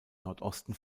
nordosten